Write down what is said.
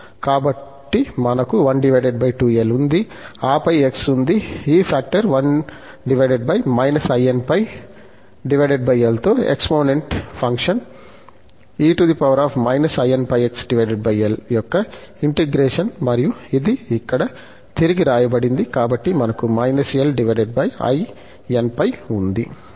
కాబట్టి మనకు 1 2l ఉంది ఆపై x ఉంది ఈ ఫాక్టర్ 1 −inπ l తో ఎక్సపోనెంట్ ఫంక్షన్ e-inπxl యొక్క ఇంటిగ్రేషన్ మరియు ఇది ఇక్కడ తిరగిరాయబడింది కాబట్టి మనకు -l inπ ఉంది